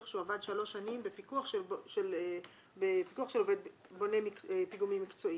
שהוא עבד שלוש שנים בפיקוח של בונה פיגומים מקצועי.